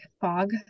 fog